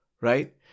Right